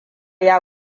ya